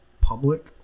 public